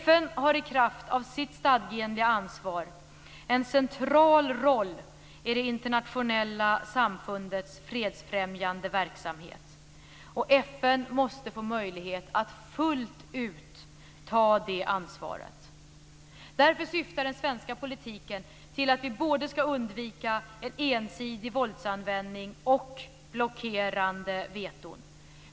FN har i kraft av sitt stadgeenliga ansvar en central roll i det internationella samfundets fredsfrämjande verksamhet. FN måste få möjlighet att fullt ut ta det ansvaret. Därför syftar den svenska politiken till att vi skall undvika både en ensidig våldsanvändning och blockerande veton.